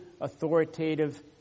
authoritative